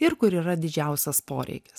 ir kur yra didžiausias poreikis